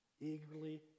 Eagerly